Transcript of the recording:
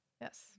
Yes